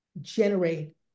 generate